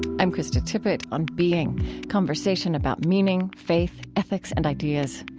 i'm krista tippett, on being conversation about meaning, faith, ethics, and ideas.